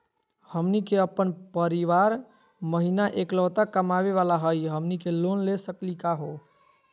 हमनी के अपन परीवार महिना एकलौता कमावे वाला हई, हमनी के लोन ले सकली का हो?